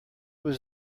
was